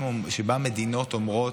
שבה מדינות אומרות: